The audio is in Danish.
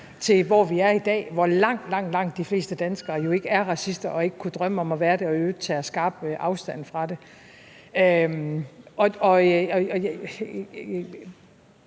til, hvor vi er i dag, hvor langt, langt de fleste danskere jo ikke er racister og ikke kunne drømme om at være det og i øvrigt tager skarp afstand fra det.